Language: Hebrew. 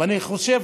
אני חושב